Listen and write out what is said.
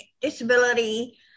disability